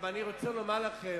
אני גם רוצה לומר לכם,